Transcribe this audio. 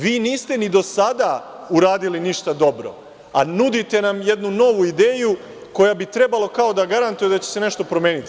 Vi niste ni do sada uradili ništa dobro, a nudite nam jednu novu ideju koja bi trebalo kao da garantuje da će se nešto promeniti.